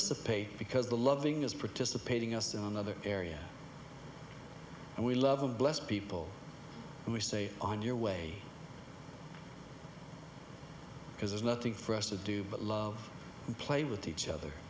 anticipate because the loving is participating us to another area and we love a blessed people and we say on your way because there's nothing for us to do but love and play with each other